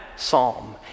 psalm